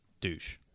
Douche